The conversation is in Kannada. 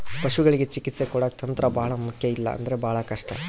ಪಶುಗಳಿಗೆ ಚಿಕಿತ್ಸೆ ಕೊಡಾಕ ತಂತ್ರ ಬಹಳ ಮುಖ್ಯ ಇಲ್ಲ ಅಂದ್ರೆ ಬಹಳ ಕಷ್ಟ